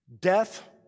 Death